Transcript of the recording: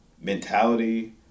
mentality